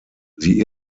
sie